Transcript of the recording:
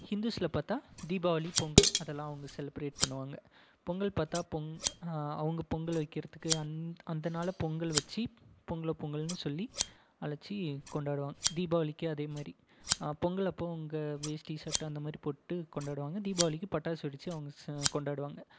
ஹிந்துஸில் பார்த்தா தீபாவளி பொங்கல் அதல்லாம் அவங்க செலப்ரேட் பண்ணுவாங்க பொங்கல் பார்த்தா அவங்க பொங்கல் வைக்கிறத்துக்கு அந்த நாளை பொங்கல் வெச்சு பொங்கலோ பொங்கல்னு சொல்லி அழைச்சி கொண்டாடுவாங்க தீபாவளிக்கு அதே மாதிரி பொங்கல் அப்போது அங்கே வேஸ்டி சட்டை அந்த மாதிரி போட்டு கொண்டாடுவாங்க தீபாவளிக்கு பட்டாசு வெடித்து அவங்க கொண்டாடுவாங்க